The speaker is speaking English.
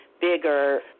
bigger